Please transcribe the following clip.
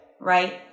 Right